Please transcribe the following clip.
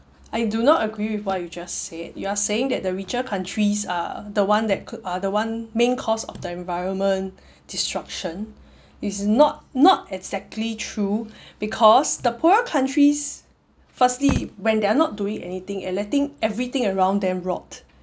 I do not agree with what you just said you are saying that the richer countries are the one that could are the one main cause of the environment destruction it's not not exactly true because the poorer countries firstly when they're not doing anything and letting everything around them rot